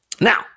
Now